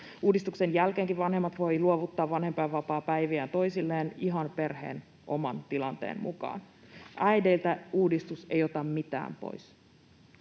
Uudistuksen jälkeenkin vanhemmat voivat luovuttaa vanhempainvapaapäiviään toisilleen ihan perheen oman tilanteen mukaan. Äideiltä uudistus ei ota mitään pois